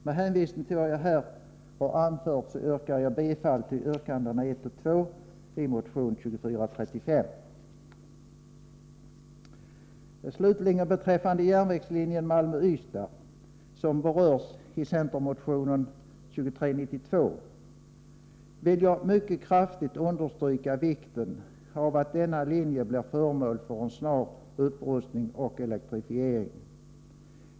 Med hänvisning till vad jag här anfört yrkar jag bifall till yrkandena 1 och 2 i motion 2435. Beträffande järnvägslinjen Malmö-Ystad, som berörs i centermotion 2392, vill jag mycket kraftigt understryka vikten av att denna linje blir föremål för en snar upprustning och elektrifiering.